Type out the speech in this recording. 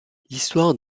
histoire